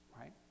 right